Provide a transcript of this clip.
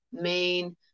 main